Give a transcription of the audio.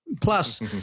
Plus